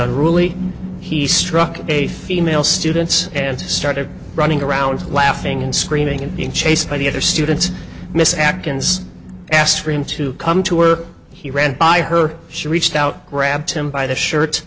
unruly he struck a female students and started running around laughing and screaming and being chased by the other students miss acton's asked for him to come to her he ran by her she reached out grabbed him by the shirt